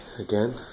again